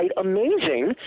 amazing